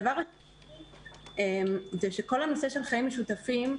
הדבר השני הוא שכל נושא החיים המשותפים,